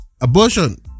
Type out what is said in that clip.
abortion